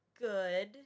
good